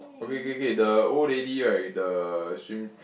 okay okay okay the old lady right the swim